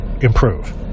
improve